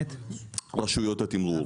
רשויות התמרור.